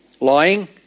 Lying